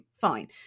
fine